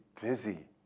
dizzy